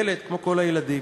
ילד כמו כל הילדים.